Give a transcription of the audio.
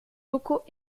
locaux